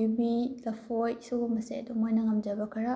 ꯌꯨꯕꯤ ꯂꯐꯣꯏ ꯁꯤꯒꯨꯝꯕꯁꯦ ꯑꯗꯨꯝ ꯃꯣꯏꯅ ꯉꯝꯖꯕ ꯈꯔ